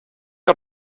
out